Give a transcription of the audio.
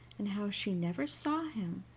and how she never saw him,